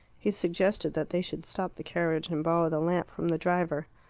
he suggested that they should stop the carriage and borrow the lamp from the driver.